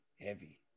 heavy